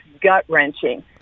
gut-wrenching